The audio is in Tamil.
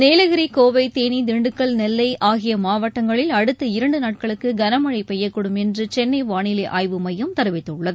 நீலகிரி கோவை தேளி திண்டுக்கல் நெல்லை ஆகிய மாவட்டங்களில் அடுத்த இரண்டு நாட்களுக்கு கனமழை பெய்யக்கூடும் என்று சென்னை வானிலை ஆய்வு மையம் தெரிவித்துள்ளது